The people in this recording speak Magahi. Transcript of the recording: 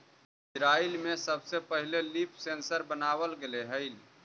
इजरायल में सबसे पहिले लीफ सेंसर बनाबल गेले हलई